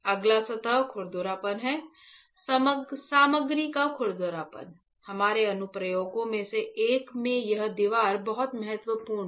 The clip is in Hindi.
अगला सतह खुरदरापन है सामग्री का खुरदरापन हमारे अनुप्रयोगों में से एक में यह दीवार बहुत महत्वपूर्ण है